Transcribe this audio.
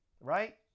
right